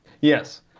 Yes